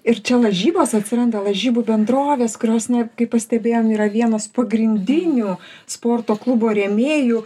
ir čia lažybos atsiranda lažybų bendrovės kurios kaip pastebėjom yra vienas pagrindinių sporto klubo rėmėjų